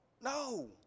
No